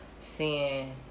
seeing